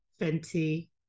Fenty